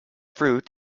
fruit